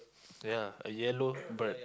ya a yellow bird